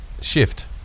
shift